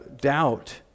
doubt